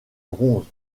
bronze